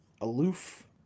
aloof